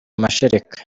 mashereka